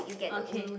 okay